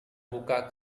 buka